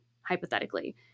hypothetically